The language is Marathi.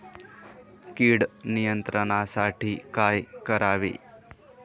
कीड नियंत्रणासाठी काय करावे?